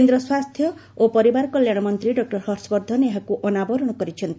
କେନ୍ଦ୍ର ସ୍ୱାସ୍ଥ୍ୟ ଓ ପରିବାର କଲ୍ୟାଶ ମନ୍ତୀ ଡକୁର ହର୍ଷବର୍ଷ୍ରନ ଏହାକୁ ଅନାବରଣ କରିଛନ୍ତି